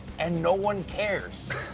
and no one cares.